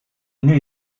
knew